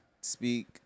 speak